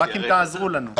רק אם תעזרו לנו.